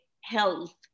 health